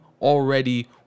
already